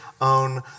own